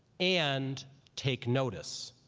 and take notice.